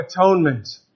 atonement